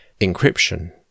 encryption